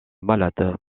malade